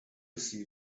see